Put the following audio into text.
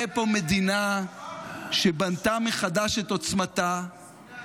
תהיה פה מדינה שבנתה מחדש את עוצמתה -- שונא אדם.